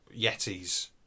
Yetis